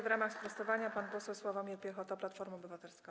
W ramach sprostowania - pan poseł Sławomir Jan Piechota, Platforma Obywatelska.